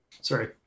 sorry